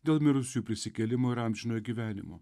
dėl mirusiųjų prisikėlimo ir amžinojo gyvenimo